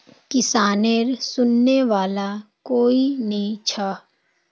किसानेर सुनने वाला कोई नी छ